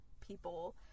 people